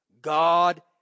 God